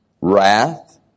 wrath